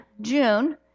June